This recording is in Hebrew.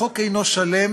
החוק אינו שלם,